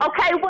Okay